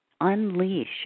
unleash